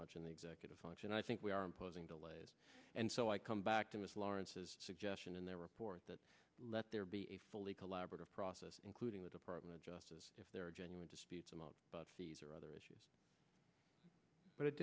much in the executive function i think we are imposing delays and so i come back to ms lawrence's suggestion in their report that let there be a fully collaborative process including the department of justice if there are genuine disputes among these or other issues but it